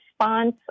response